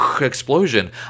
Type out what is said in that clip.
explosion